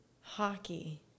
Hockey